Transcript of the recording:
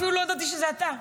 אפילו לא ידעתי שזה אתה.